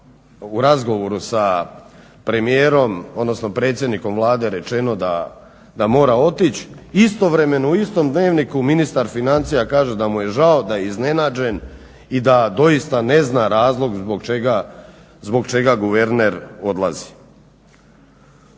u razgovoru sa premijerom, odnosno predsjednikom Vlade rečeno da mora otići. Istovremeno u istom dnevniku ministar financija kaže da mu je žao, da je iznenađen i da doista ne zna razlog zbog čega guverner odlazi.